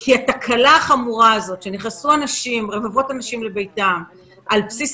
כי התקלה החמורה הזאת שנכנסו רבבות אנשים לבידוד על בסיס